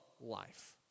life